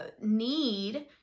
need